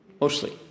Mostly